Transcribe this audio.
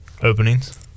openings